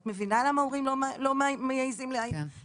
את מבינה למה הורים לא מעזים להתלונן?